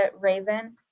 Raven